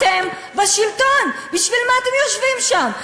אתם בשלטון, בשביל מה אתם יושבים שם?